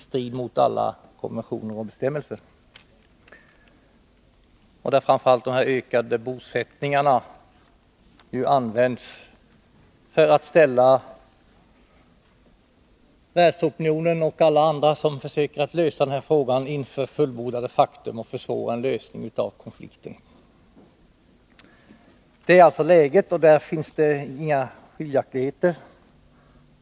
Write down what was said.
Framför allt använder Israel metoden att öka bosättningarna för att ställa världsopinionen och alla dem som försöker lösa denna fråga inför fullbordat faktum och därigenom försvåra en lösning av konflikten. Detta är läget, och när det gäller dessa fakta finns det inga skiljaktiga uppfattningar.